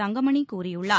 தங்கமணி கூறியுள்ளார்